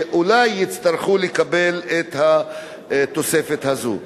שאולי יצטרכו לקבל את התוספת הזאת.